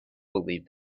believed